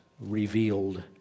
revealed